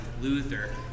Luther